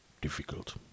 difficult